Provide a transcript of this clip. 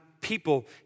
people